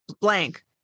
blank